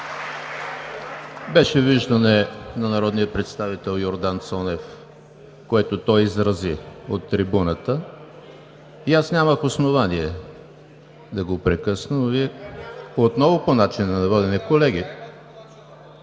Беше виждане на народния представител Йордан Цонев, което той изрази от трибуната и нямах основание да го прекъсна, но Вие… Отново по начина на водене, колеги,